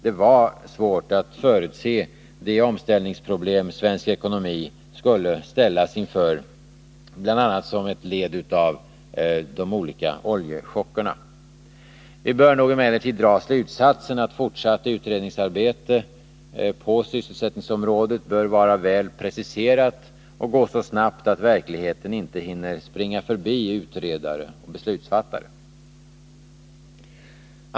Det var svårt att förutse vilka omställningsproblem som svensk ekonomi skulle ställas inför, bl.a. som en följd av de olika oljechockerna. Vi skall nog emellertid dra slutsatsen att fortsatt utredningsarbete på sysselsättningsområdet bör vara väl preciserat och gå så snabbt att verkligheten inte hinner springa förbi utredare och beslutsfattafe.